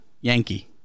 Yankee